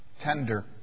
tender